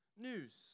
news